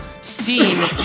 Scene